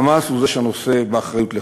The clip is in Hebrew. "חמאס" הוא זה שנושא באחריות לכך.